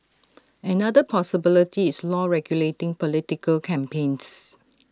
another possibility is law regulating political campaigns